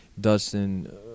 Dustin